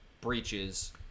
breaches